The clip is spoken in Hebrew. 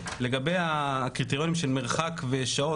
לגבי הקריטריונים של מרחק ושעות.